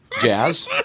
Jazz